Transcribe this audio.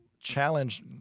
challenge